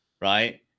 Right